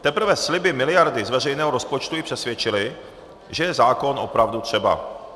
Teprve sliby miliardy z veřejného rozpočtu ji přesvědčily, že je zákon opravdu třeba.